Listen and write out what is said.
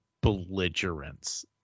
belligerence